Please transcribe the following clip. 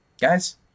Guys